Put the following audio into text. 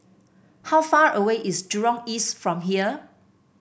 how far away is Jurong East from here